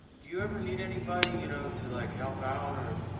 do you ever need anybody, you know, to like help out or?